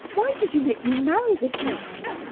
why did you make me marry this man?